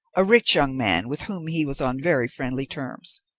a rich young man, with whom he was on very friendly terms.